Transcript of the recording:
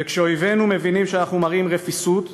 וכשאויבינו מבינים שאנחנו מראים רפיסות,